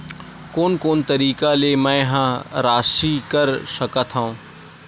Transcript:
कोन कोन तरीका ले मै ह राशि कर सकथव?